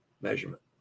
measurement